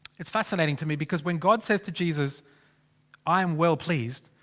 it's fascinating to me because, when god says to jesus i am well pleased.